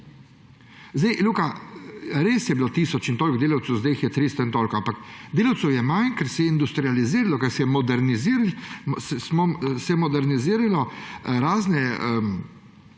način! Luka, res je bilo tisoč in toliko delavcev, zdaj jih je 300 in toliko, ampak delavcev je manj, ker se je industrializiralo, ker se je moderniziralo razne